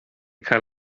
cael